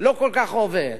לא כל כך עובד.